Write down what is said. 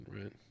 right